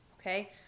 Okay